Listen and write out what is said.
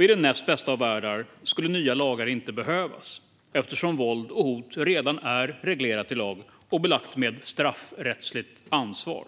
I den näst bästa av världar skulle nya lagar inte behövas eftersom våld och hot redan är reglerat i lag och belagt med straffrättsligt ansvar.